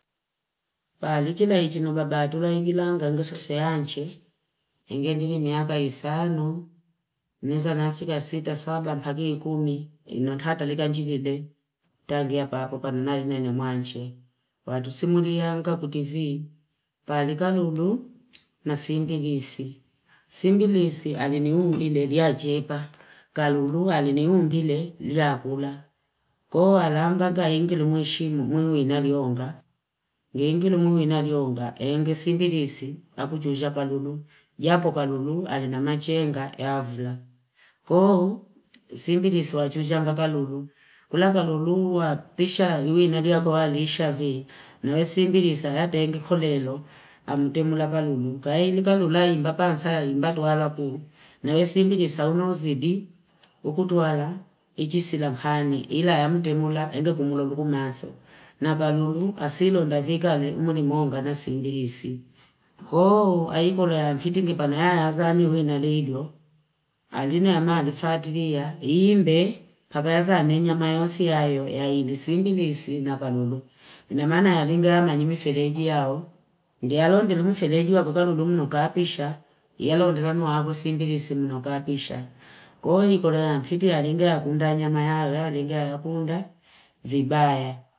Pali chila iti nubabatu la ingilanga nguso seanche, ingendiri miaka isanu, neza nafika sita, saba, paka ikumi, ino ta lika njilile, tagia pako panunari na inemwanche. Watu simulia wika kutivii, pali kalulu na simbilisi. Simbilisi aliniu mbile lia jeba, kalulu aliniu mbile lia kula. Kuu alanga kaa ingilu mwishimu mwingi narionga. Ngeingilu mwingi narionga, enge simbilisi akuchuja kalulu. Japo kalulu alinamachenga eavla. Kuu simbilisi wachuja nga kalulu. Kula kalulu wapisha yui nadiya kwa alisha vii. Nawe simbilisa hata enge kolelo amutemula kalulu. Kaa elika lulai mbapa ansari mbatu wala kuu. Nawe simbilisa unozidi ukutuwala, ichisila khani ila ya amutemula enge kumulogu maso. Na kalulu asilo ndavika le umunimonga na simbilisi. Kuu ayikolo ya mhiti ngipana ya ya zaani wina liyo. Alinu ya maa alifatlia. Iimbe paka yaza anenya mayosi ayo ya indi simbilisi na kalulu. Inamana ya lingama njimifereji yao. Ndiyalo ndilu mfereji wako kalulu mnukapisha. Ndiyalo ndilanu wako simbilisi mnukapisha. Koyii ikolo ya mpiti yalinga yakunda nyama yao inga yakunda vibayaa.